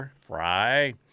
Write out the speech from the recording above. Fry